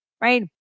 right